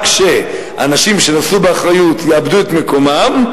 רק כשאנשים שנשאו באחריות יאבדו את מקומם,